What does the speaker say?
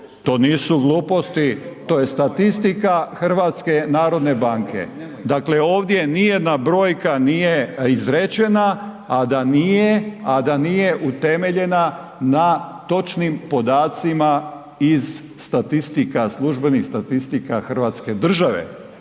to nisu gluposti, to je statistika HNB-a. Dakle, ovdje nijedna brojka nije izrečena, a da nije, a da nije utemeljena na točnim podacima iz statistika, službenih statistika Hrvatske države.